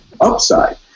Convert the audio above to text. upside